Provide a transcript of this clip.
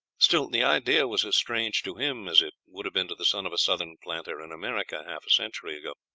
still the idea was as strange to him as it would have been to the son of a southern planter in america half a century ago.